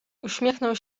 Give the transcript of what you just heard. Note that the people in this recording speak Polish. uśmiechnął